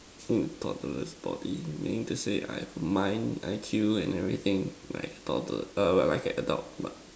in a toddler's body meaning to say I have mind I_Q and everything like toddler err like an adult but